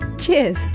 Cheers